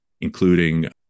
including